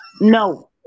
No